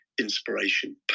inspiration